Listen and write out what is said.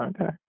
okay